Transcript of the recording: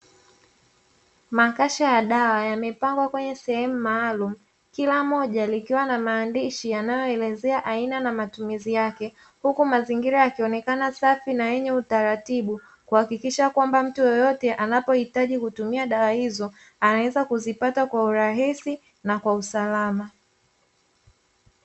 Makasha ya dawa yamepangwa kwenye sehemu maalumu kila moja likiwa na maandishi yanayoelezea aina na matumizi yake, huku mazingira yakionekana safi na yenye utaratibu, kuhakikisha kwamba mtu yeyote anapohitaji kutumia dawa hizo anaweza kuzipata kwa urahisi na kwa usalama.